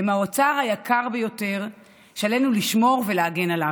הם האוצר היקר ביותר שעלינו לשמור ולהגן עליו,